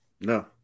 no